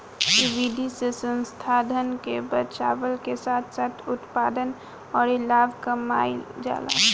इ विधि से संसाधन के बचावला के साथ साथ उत्पादन अउरी लाभ कमाईल जाला